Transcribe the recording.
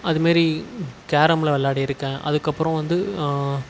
அது மாரி கேரமில் விளாடிருக்கேன் அதுக்கப்பறம் வந்து